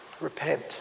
Repent